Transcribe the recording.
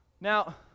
Now